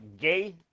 gay